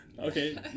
Okay